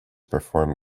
perform